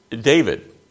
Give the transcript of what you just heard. David